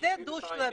זה דו-צדדי.